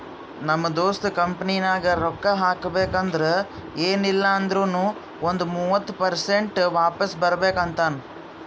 ನಮ್ ದೋಸ್ತ ಕಂಪನಿನಾಗ್ ರೊಕ್ಕಾ ಹಾಕಬೇಕ್ ಅಂದುರ್ ಎನ್ ಇಲ್ಲ ಅಂದೂರ್ನು ಒಂದ್ ಮೂವತ್ತ ಪರ್ಸೆಂಟ್ರೆ ವಾಪಿಸ್ ಬರ್ಬೇಕ ಅಂತಾನ್